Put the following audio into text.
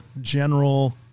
general